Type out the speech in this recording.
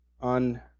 On